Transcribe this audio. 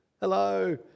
Hello